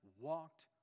walked